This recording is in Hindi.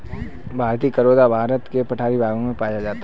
भारतीय करोंदा भारत के पठारी भागों में पाया जाता है